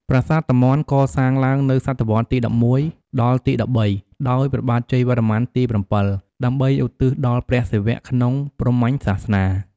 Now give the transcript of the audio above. ប្រាសាទតាមាន់កសាងឡើងនៅ សតវត្សទី១១ ដល់ទី១៣ ដោយព្រះបាទជ័យវរ្ម័នទី ៧ ដើម្បីឧទ្ទិសដល់ព្រះសិវៈក្នុងព្រាហ្មញ្ញសាសនា។